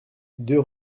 deux